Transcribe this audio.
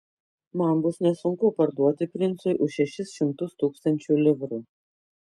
man bus nesunku parduoti princui už šešis šimtus tūkstančių livrų